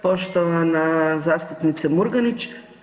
Poštovana zastupnice Murganić.